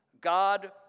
God